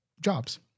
jobs